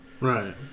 Right